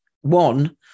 one